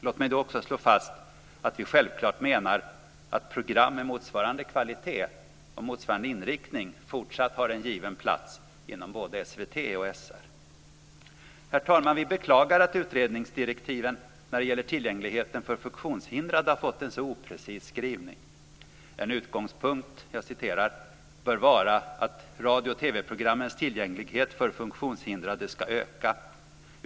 Låt mig då också slå fast att vi självklart menar att program med motsvarande kvalitet och inriktning fortsatt har en given plats inom både SVT och SR. Herr talman! Vi beklagar att utredningsdirektiven när det gäller tillgängligheten för funktionshindrade har fått en så oprecis skrivning. "En utgångspunkt bör vara att radio och TV-programmens tillgänglighet för funktionshindrade skall öka.